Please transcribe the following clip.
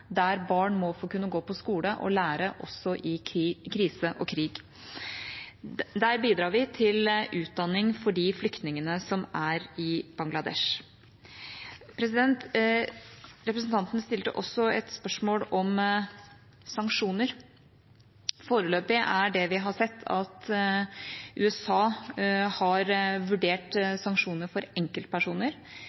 der barn må få kunne gå på skole og lære også i krise og krig. Der bidrar vi til utdanning for de flyktningene som er i Bangladesh. Representanten stilte også et spørsmål om sanksjoner. Foreløpig er det vi har sett, at USA har vurdert sanksjoner for enkeltpersoner.